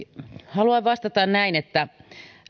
haluan vastata näin että